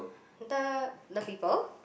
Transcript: the the people